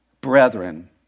brethren